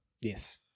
Yes